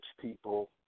people